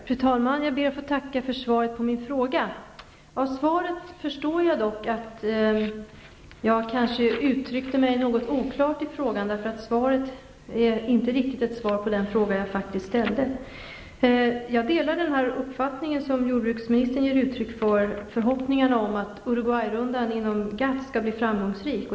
Fru talman! Jag ber att få tacka för svaret på min fråga. Av svaret förstår jag dock att jag kanske uttryckte mig något oklart i frågan, därför att det här är inte riktigt ett svar på den fråga jag faktiskt ställde. Jag delar den uppfattning som jordbruksministern ger uttryck för, dvs. förhoppningarna om att Uruguayrundan inom GATT skall bli framgångsrik.